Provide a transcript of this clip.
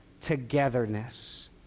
togetherness